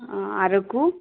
ఆ అరకు